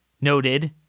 noted